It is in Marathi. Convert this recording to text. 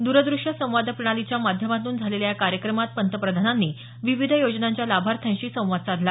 दूरदृश्य संवाद प्रणालीच्या माध्यमातून झालेल्या या कार्यक्रमात पंतप्रधानांनी विविध योजनांच्या लाभार्थ्यांशी संवाद साधला